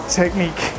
technique